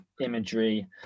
imagery